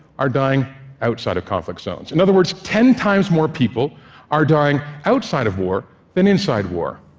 are dying outside of conflict zones. in other words, ten times more people are dying outside of war than inside war.